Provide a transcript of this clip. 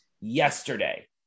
yesterday